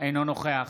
אינו נוכח